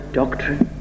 doctrine